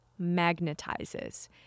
magnetizes